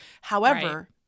However-